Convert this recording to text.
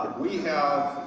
we have,